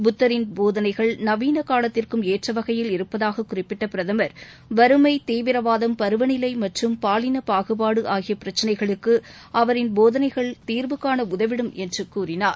புத்தரின் போதனைகள் நவீன காலத்திற்கு ஏற்ற வகையில் இருப்பதாகக் குறிப்பிட்ட பிரதமர் வறுமை தீவிரவாதம் பருவநிலை மற்றும் பாலின பாகுபாடு ஆகிய பிரச்சனைகளுக்கு அவரின் போதனைகள் தீாவுகாண உதவிடும் என்றுகூறினார்